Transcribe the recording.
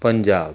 Punjab